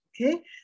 okay